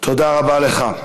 תודה רבה לך.